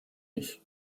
ich